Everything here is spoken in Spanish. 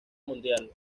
mundial